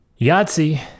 Yahtzee